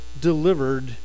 delivered